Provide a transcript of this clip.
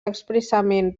expressament